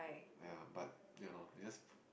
!aiya! but ya loh just